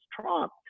Trump